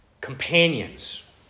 companions